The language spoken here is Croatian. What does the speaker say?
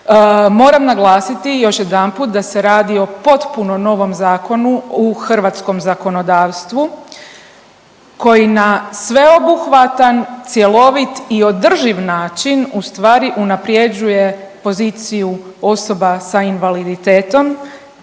Moram naglasiti još jedanput da se radi o potpuno novom zakonu u hrvatskom zakonodavstvu koji na sveobuhvatan, cjelovit i održiv način ustvari unaprjeđuje poziciju osoba sa invaliditetom